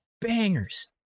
bangers